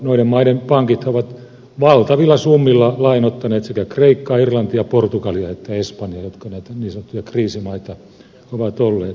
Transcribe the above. noiden maiden pankithan ovat valtavilla summilla lainoittaneet sekä kreikkaa irlantia portugalia että espanjaa jotka näitä niin sanottuja kriisimaita ovat olleet